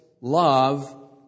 love